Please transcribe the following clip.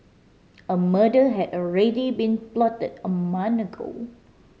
a murder had already been plotted a month ago